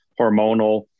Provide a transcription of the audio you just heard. hormonal